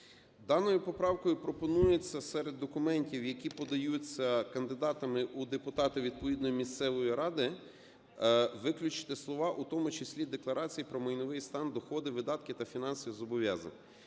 Даною поправкою пропонується серед документів, які подаються кандидатами у депутати відповідної місцевої ради виключити слова "у тому числі декларації про майновий стан, доходи, видатки та фінансові зобов'язання".